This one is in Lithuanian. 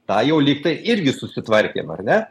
tą jau lyg tai irgi susitvarkėm ar ne